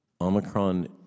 Omicron